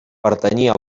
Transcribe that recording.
pertanyia